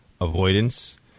avoidance